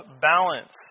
balance